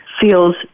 feels